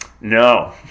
No